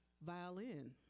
violin